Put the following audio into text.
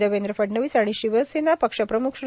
देवेंद्र फडणवीस आणि शिवसेना पक्ष प्रमुख श्री